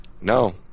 No